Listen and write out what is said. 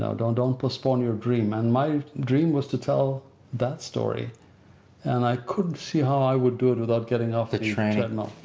don't don't postpone your dream. and my dream was to tell that story and i couldn't see how i would do it without getting off the treadmill.